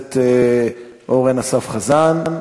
הכנסת אורן אסף חזן.